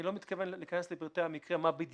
אני לא מתכוון להיכנס לפרטי המקרה מה בדיוק